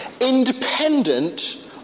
independent